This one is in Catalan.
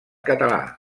català